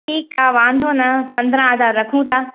ठीकु आहे वांदो न पंद्रहं हज़ार रखूं था